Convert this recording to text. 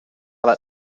that